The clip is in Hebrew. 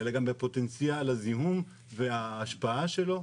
אלא גם בפוטנציאל הזיהום וההשפעה שלו.